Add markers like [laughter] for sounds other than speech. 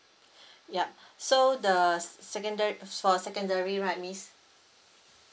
[breath] ya [breath] so the s~ secondar~ for secondary right miss